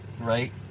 right